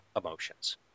emotions